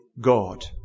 God